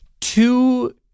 two